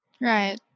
Right